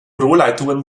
rohrleitungen